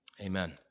Amen